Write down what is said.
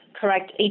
correct